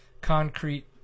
concrete